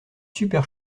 super